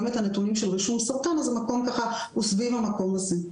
את הנתונים של רשות הסרטן אנחנו סביב המקום הזה.